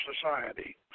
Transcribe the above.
society